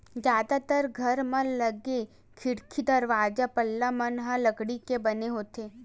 जादातर घर म लगे खिड़की, दरवाजा, पल्ला मन ह लकड़ी के बने होथे